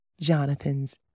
Jonathan's